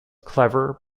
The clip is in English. clever